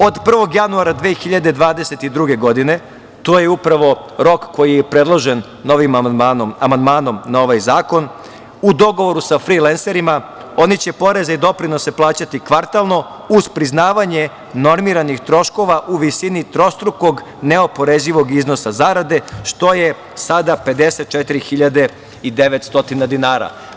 Od 1. januara 2022. godine, to je upravo rok koji je predložen amandmanom na ovaj zakon, u dogovoru sa frilenserima, oni će poreze i doprinose plaćati kvartalno, uz priznavanje normiranih troškova u visini trostrukog neoporezivog iznosa zarade, što je sada 54.900 dinara.